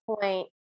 point